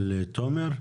לתומר?